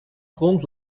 grond